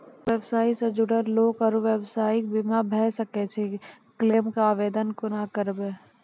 व्यवसाय सॅ जुड़ल लोक आर व्यवसायक बीमा भऽ सकैत छै? क्लेमक आवेदन कुना करवै?